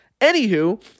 Anywho